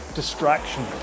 ...distraction